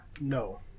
No